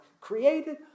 created